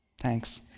Thanks